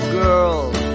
girls